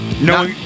no